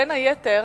בין היתר